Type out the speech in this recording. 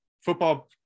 football